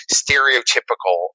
stereotypical